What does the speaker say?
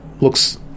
looks